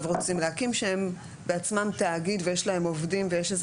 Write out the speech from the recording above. רוצים להקים שהם בעצמם תאגיד ויש להם עובדים ויש איזה